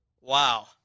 Wow